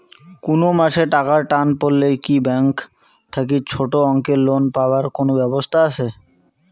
কুনো মাসে টাকার টান পড়লে কি ব্যাংক থাকি ছোটো অঙ্কের লোন পাবার কুনো ব্যাবস্থা আছে?